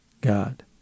God